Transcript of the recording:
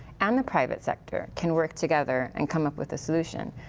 and the private sector, can work together and come up with a solution.